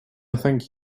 thank